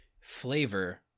flavor